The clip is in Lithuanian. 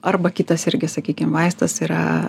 arba kitas irgi sakykim vaistas yra